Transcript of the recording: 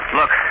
look